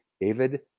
David